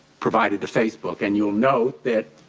provided to facebook and you'll note that